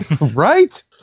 right